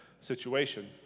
situation